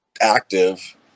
active